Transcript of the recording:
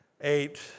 eight